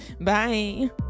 Bye